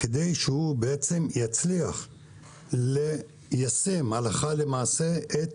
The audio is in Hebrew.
כדי שהוא יצליח ליישם הלכה למעשה את